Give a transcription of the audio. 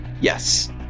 Yes